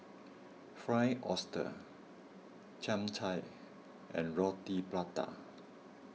Fried Oyster Chap Chai and Roti Prata